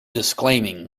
disclaiming